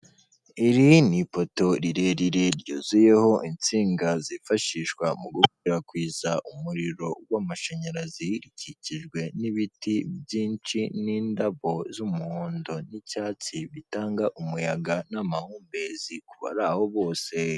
Iri ni ipoto rirerire ryuzuyeho insinga zifashishwa mu gukwirakwiza umuriro w'amashanyarazi, ikikijwe n'ibiti byinshi n'indabo z'umuhondo n'icyatsi bitanga umuyaga n'amahumbezi kubari aho bose.